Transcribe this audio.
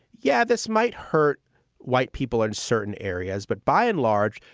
yeah, this might hurt white people in certain areas. but by and large,